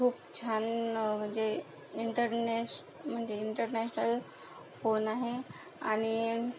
खूप छान म्हणजे इंटरनॅश म्हणजे इंटरनॅशनल फोन आहे आणि